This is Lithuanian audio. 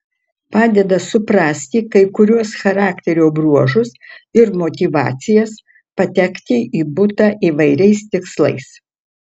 padeda suprasti kai kuriuos charakterio bruožus ir motyvacijas patekti į butą įvairiais tikslais